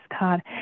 God